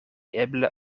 eble